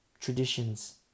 Traditions